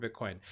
Bitcoin